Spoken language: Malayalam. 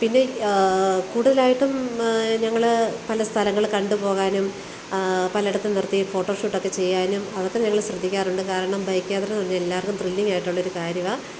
പിന്നെ കൂടുതലായിട്ടും ഞങ്ങൾ പല സ്ഥലങ്ങൾ കണ്ട് പോകാനും പലയിടത്തും നിർത്തി ഫോട്ടോഷൂട്ടോക്കെ ചെയ്യാനും അതൊക്കെ ഞങ്ങൾ ശ്രദ്ധിക്കാറുണ്ട് കാരണം ബൈക്ക് യാത്ര എന്ന് പറഞ്ഞാൽ എല്ലാവർക്കും ത്രില്ലിങ്ങായിട്ടുള്ളൊരു കാര്യമാണ്